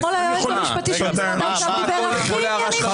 אתמול היועץ המשפטי של משרד האוצר דיבר הכי ענייני,